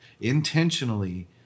intentionally